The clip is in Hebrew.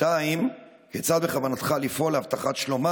שתתקן עוול של שנים